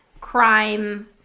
crime